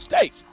States